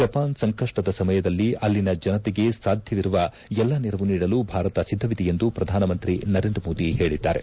Japan ಸಂಕಷ್ಟದ ಸಮಯದಲ್ಲಿ ಅಲ್ಲಿನ ಜನತೆಗೆ ಸಾಧ್ಯವಿರುವ ಎಲ್ಲಾ ನೆರವು ನೀಡಲು ಭಾರತ ಸಿದ್ದವಿದೆ ಎಂದು ಪ್ರಧಾನಮಂತ್ರಿ ನರೇಂದ್ರ ಮೋದಿ ಹೇಳಿದ್ದಾರೆ